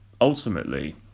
ultimately